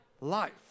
life